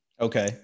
Okay